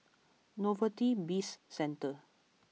Novelty Bizcentre